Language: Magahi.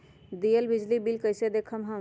दियल बिजली बिल कइसे देखम हम?